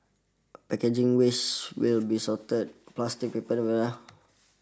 packaging waste will be sorted plastic paper